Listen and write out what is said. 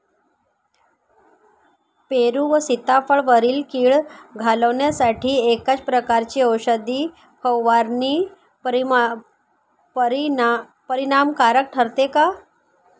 पेरू व सीताफळावरील कीड घालवण्यासाठी एकाच प्रकारची औषध फवारणी परिणामकारक ठरते का?